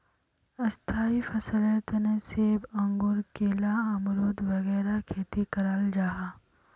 स्थाई फसलेर तने सेब, अंगूर, केला, अमरुद वगैरह खेती कराल जाहा